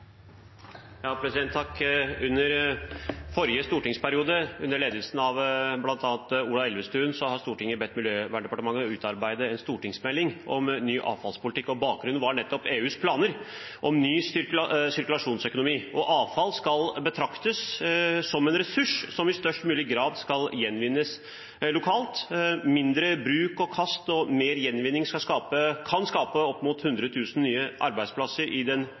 forrige stortingsperiode, under ledelsen av bl.a. Ola Elvestuen, ba Stortinget Miljødepartementet utarbeide en stortingsmelding om ny avfallspolitikk. Bakgrunnen var nettopp EUs planer om ny sirkulasjonsøkonomi, og avfall skal betraktes som en ressurs som i størst mulig grad skal gjenvinnes lokalt. Mindre bruk og kast og mer gjenvinning kan skape opp mot 100 000 nye arbeidsplasser i den